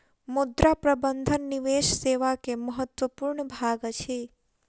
मुद्रा प्रबंधन निवेश सेवा के महत्वपूर्ण भाग अछि